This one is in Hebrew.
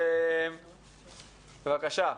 בבקשה.